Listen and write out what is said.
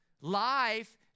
Life